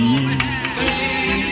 Baby